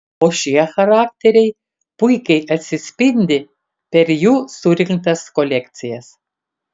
o šie charakteriai puikiai atsispindi per jų surinktas kolekcijas